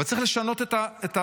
אבל צריך לשנות את השיח.